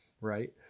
right